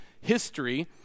history